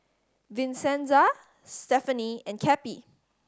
Vincenza Stefanie and Cappie